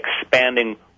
expanding